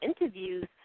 interviews